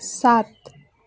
सात